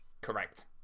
Correct